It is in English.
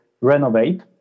renovate